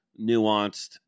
nuanced